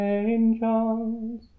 angels